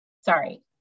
sorry